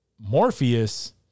Morpheus